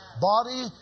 body